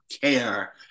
care